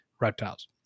reptiles